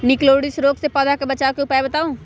निककरोलीसिस रोग से पौधा के बचाव के उपाय बताऊ?